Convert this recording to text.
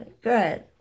good